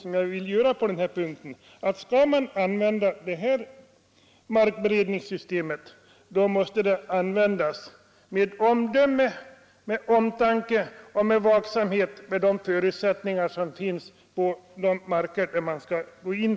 Om man skall använda ett sådant markberedningssystem som plöjning, måste detta ske med omdöme, omtanke och med vaksamhet över de förutsättningar, som finns på de marker man ämnar gå in.